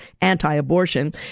anti-abortion